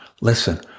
listen